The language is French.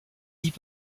hip